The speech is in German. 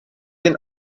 den